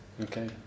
Okay